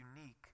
unique